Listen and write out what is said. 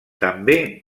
també